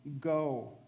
Go